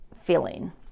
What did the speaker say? feeling